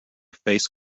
face